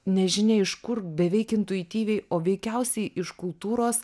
nežinia iš kur beveik intuityviai o veikiausiai iš kultūros